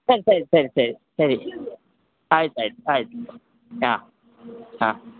ಸರಿ ಸರಿ ಸರಿ ಸರಿ ಸರಿ ಆಯ್ತು ಆಯ್ತು ಆಯ್ತು ಹಾಂ ಹಾಂ